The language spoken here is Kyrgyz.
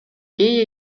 гей